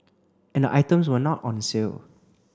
and the items were not on sale